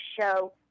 show